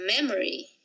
Memory